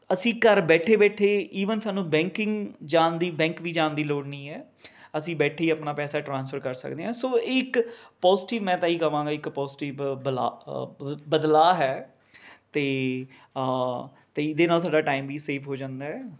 ਅਸੀਂ ਘਰ ਬੈਠੇ ਬੈਠੇ ਈਵਨ ਸਾਨੂੰ ਬੈਂਕਿੰਗ ਜਾਣ ਦੀ ਬੈਂਕ ਵੀ ਜਾਣ ਦੀ ਲੋੜ ਨਹੀਂ ਹੈ ਅਸੀਂ ਬੈਠੇ ਹੀ ਆਪਣਾ ਪੈਸਾ ਟ੍ਰਾਂਸਫਰ ਕਰ ਸਕਦੇ ਹਾਂ ਸੌ ਇਹ ਇੱਕ ਪੋਜਟਿਵ ਮੈਂ ਤਾਂ ਇਹ ਕਵਾਂਗਾ ਇੱਕ ਪੋਜਟਿਵ ਬਲਾ ਬਦਲਾਅ ਹੈ ਅਤੇ ਅਤੇ ਇਹਦੇ ਨਾਲ ਸਾਡਾ ਟਾਇਮ ਵੀ ਸੇਵ ਹੋ ਜਾਂਦਾ ਹੈ